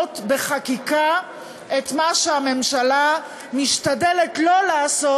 בחקיקה את מה שהממשלה משתדלת לא לעשות,